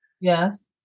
Yes